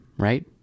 Right